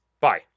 Bye